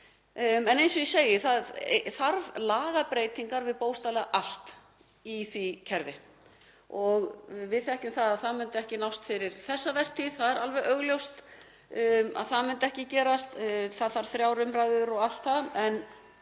En eins og ég segi, það þarf lagabreytingar við bókstaflega allt í því kerfi. Við þekkjum að það myndi ekki nást fyrir þessa vertíð. Það er alveg augljóst að það myndi ekki gerast. Það þarf þrjár umræður og allt það. En